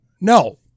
No